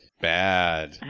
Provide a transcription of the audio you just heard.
Bad